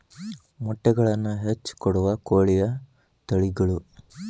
ಮೊಟ್ಟೆಗಳನ್ನ ಹೆಚ್ಚ ಕೊಡುವ ಕೋಳಿಯ ತಳಿಗಳು